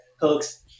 hooks